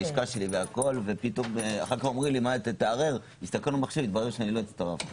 ופתאום אמרו לי: תערער כי התברר שלא הצטרפתי.